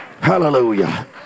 hallelujah